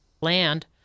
land